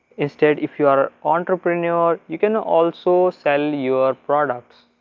instead if you are entrepreneur you can also sell your products.